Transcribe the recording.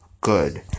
good